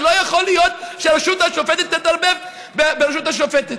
ולא יכול להיות שהרשות השופטת תתערבב ברשות המחוקקת.